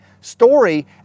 Story